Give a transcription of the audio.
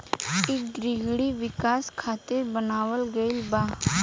ई ग्रामीण विकाश खातिर बनावल गईल बा